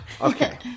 Okay